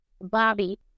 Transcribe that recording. bobby